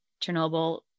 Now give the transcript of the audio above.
Chernobyl